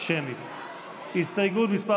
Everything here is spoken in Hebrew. הסתייגות מס'